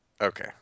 Okay